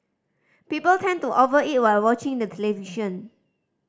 people tend to over eat while watching the television